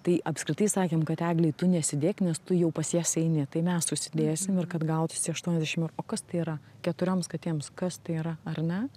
tai apskritai sakėm kad eglei tu nesidėk nes tu jau pas jas eini tai mes susidėsim ir kad gautųsi aštuoniasdešim eu o kas tai yra keturioms katėms kas tai yra ar ne